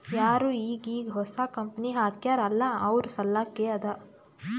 ಯಾರು ಈಗ್ ಈಗ್ ಹೊಸಾ ಕಂಪನಿ ಹಾಕ್ಯಾರ್ ಅಲ್ಲಾ ಅವ್ರ ಸಲ್ಲಾಕೆ ಅದಾ